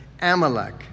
Amalek